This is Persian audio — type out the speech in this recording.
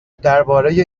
درباره